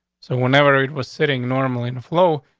so whenever it was sitting normally and flow,